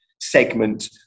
segment